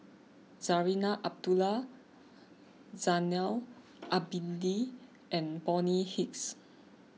Zarinah Abdullah Zainal Abidin and Bonny Hicks